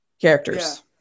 characters